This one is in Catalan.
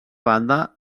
banda